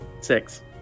Six